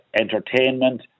entertainment